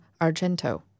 Argento